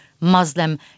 Muslim